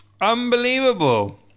Unbelievable